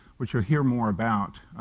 which we'll hear more about,